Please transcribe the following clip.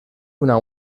una